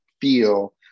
feel